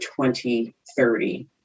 2030